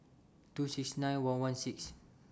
two six nine one one six